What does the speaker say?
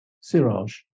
Siraj